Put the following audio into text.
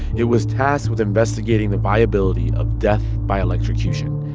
it was tasked with investigating the viability of death by electrocution.